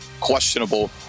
questionable